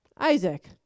Isaac